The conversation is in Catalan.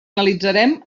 analitzarem